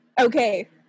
Okay